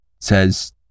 Says